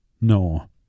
No